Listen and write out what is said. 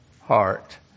heart